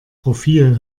profil